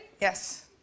Yes